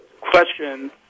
question